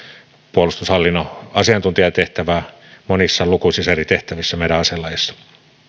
puolustushallinnon asiantuntijatehtävää monissa lukuisissa eri tehtävissä meidän aselajeissamme